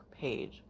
page